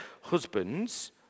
Husbands